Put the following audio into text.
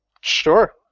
Sure